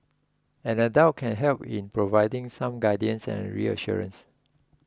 an adult can help in providing some guidance and reassurance